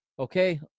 Okay